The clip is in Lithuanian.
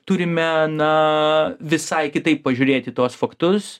turime na visai kitaip pažiūrėti tuos faktus